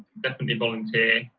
definitely volunteer